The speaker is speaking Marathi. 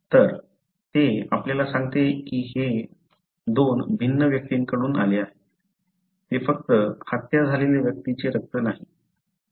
तर ते आपल्याला सांगते की ते दोन भिन्न व्यक्तींकडून आले आहे ते फक्त हत्या झालेल्या व्यक्तीचे रक्त नाही